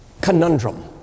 conundrum